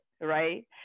right